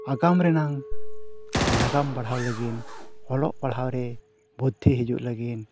ᱟᱜᱟᱢ ᱨᱮᱱᱟᱜ ᱱᱟᱜᱟᱢ ᱵᱟᱲᱦᱟᱣ ᱞᱟᱹᱜᱤᱫ ᱚᱞᱚᱜ ᱯᱟᱲᱦᱟᱣ ᱨᱮ ᱵᱷᱚᱨᱛᱤ ᱦᱤᱡᱩᱜ ᱞᱟᱹᱜᱤᱫ